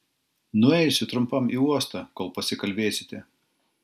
nueisiu trumpam į uostą kol pasikalbėsite